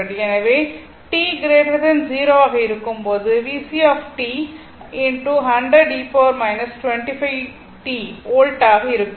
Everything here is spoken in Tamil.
எனவே t 0 ஆக இருக்கும் போது VCt வோல்ட் ஆக இருக்கும்